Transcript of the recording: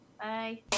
Bye